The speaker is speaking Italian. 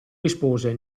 rispose